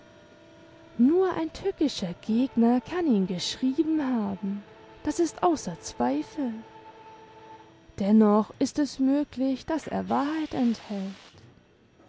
nur ein tückischer gegner kann ihn geschrieben haben das ist außer zweifel dennoch ist es möglich daß er wahrheit enthält